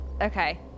Okay